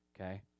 okay